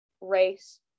race